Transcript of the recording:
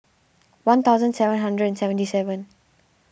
one thousand seven hundred and seventy seven